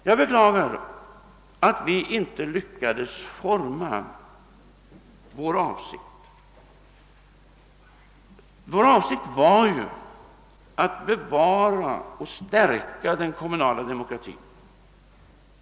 Jag beklagar att vi inte lyckades forma vår avsikt så att det framstod klart att vi vill bevara och stärka den kommunala demokratin.